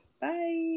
Bye